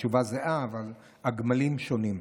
התשובה זהה אבל הגמלים שונים.